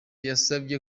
yasabye